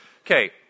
Okay